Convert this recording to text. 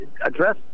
address